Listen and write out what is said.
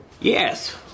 Yes